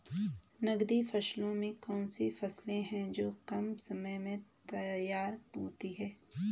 नकदी फसलों में कौन सी फसलें है जो कम समय में तैयार होती हैं?